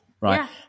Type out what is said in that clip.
right